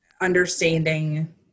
Understanding